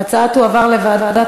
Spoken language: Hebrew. ההצעה תועבר לוועדת